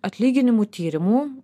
atlyginimų tyrimų